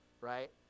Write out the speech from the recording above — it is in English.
right